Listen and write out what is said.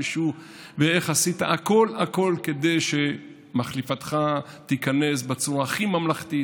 ואיך עשית הכול הכול כדי שמחליפתך תיכנס בצורה הכי ממלכתית,